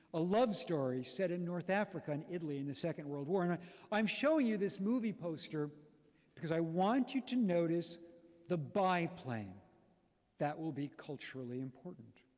a love story set in north africa and italy in the second world war. and i'm showing you this movie poster because i want you to notice the biplane that will be culturally important.